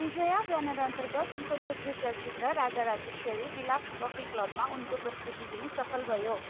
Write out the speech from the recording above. विजया ब्यानरअन्तर्गत उनको दोस्रो चलचित्र राजा राजेश्वरी विलास कफी क्लबमा उनको प्रस्तुति पनि सफल भयो